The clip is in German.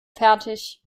fertig